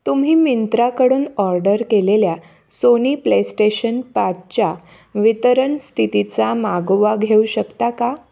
तुम्ही मिंत्राकडून ऑर्डर केलेल्या सोनी प्लेस्टेशन पाचच्या वितरण स्थितीचा मागोवा घेऊ शकता का